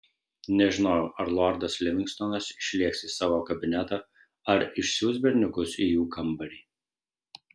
nežinojau ar lordas livingstonas išlėks į savo kabinetą ar išsiųs berniukus į jų kambarį